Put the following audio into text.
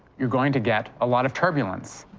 you're going to get a lot of turbulence.